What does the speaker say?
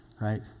right